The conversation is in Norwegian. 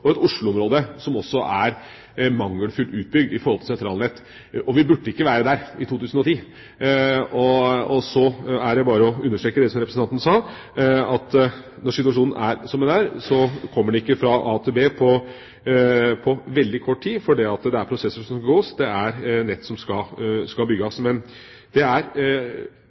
og et Oslo-område som også har et mangelfullt utbygd sentralnett. Vi burde ikke være der i 2010. Så er det jo bare å understreke det som representanten sa, at når situasjonen er som den er, kommer man ikke fra a til b på veldig kort tid, for det er prosesser som skal gjennomgås, det er nett som skal bygges. Men det er